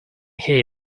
hate